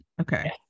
Okay